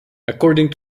according